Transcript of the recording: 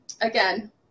again